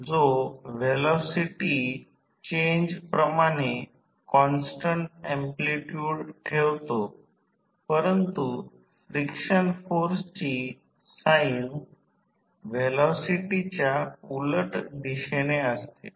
ही सर्व व्हॅल्यूज उच्च व्होल्टेज बाजूकडे संदर्भित केली जातात कारण शॉर्ट सर्किट चाचणी उच्च व्होल्टेज च्या बाजूला केली जाते